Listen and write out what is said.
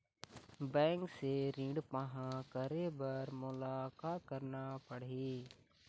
Bank से ऋण पाहां करे बर मोला का करना पड़ही?